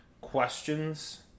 questions –